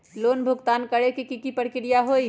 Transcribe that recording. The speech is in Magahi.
लोन भुगतान करे के की की प्रक्रिया होई?